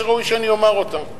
שראוי שאני אומר אותם.